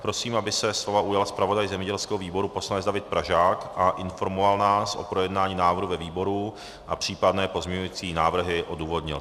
Prosím, aby se slova ujal zpravodaj zemědělského výboru poslanec David Pražák a informoval nás o projednání návrhu ve výboru a případné pozměňující návrhy odůvodnil.